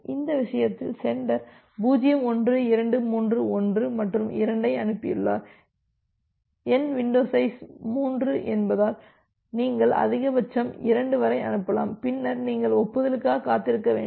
அந்த விஷயத்தில் சென்டர் 0 1 2 3 1 மற்றும் 2 ஐ அனுப்பியுள்ளார் என் வின்டோ சைஸ் 3 என்பதால் நீங்கள் அதிகபட்சம் 2 வரை அனுப்பலாம் பின்னர் நீங்கள் ஒப்புதலுக்காக காத்திருக்க வேண்டும்